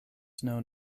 known